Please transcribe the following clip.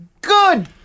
Good